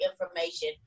information